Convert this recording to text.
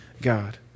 God